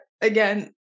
again